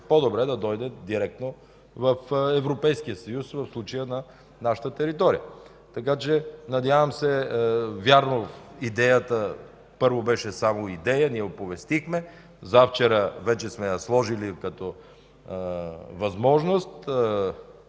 по-добре да дойде директно в Европейския съюз в случая на нашата територия. Вярно, първо беше идея, ние я оповестихме. Завчера вече сме я сложили като възможност,